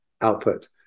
output